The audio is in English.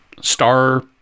star